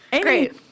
Great